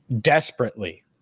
desperately